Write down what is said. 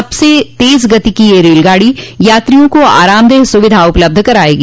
सबसे तेज गति की यह रेलगाड़ी यात्रियों को आरामदेह सुविधा उपलब्ध करायेगी